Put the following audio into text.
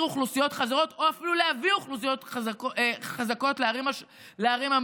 אוכלוסיות חזקות או אפילו להביא אוכלוסיות חזקות לערים המעורבות.